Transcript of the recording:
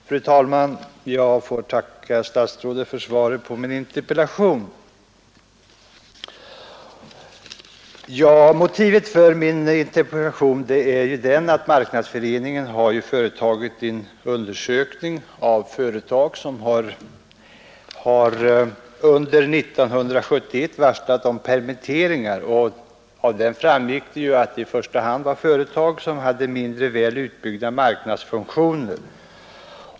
Fru talman! Jag får tacka statsrådet för svaret på min interpellation. Motivet för denna är att Marknadsförbundet gjort en undersökning av företag som under 1971 har varslat om permitteringar. Av den undersökningen framgick att det i första hand rörde sig om företag som hade mindre väl utbyggda märknadsfunktioner.